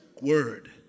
word